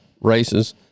races